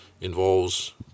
involves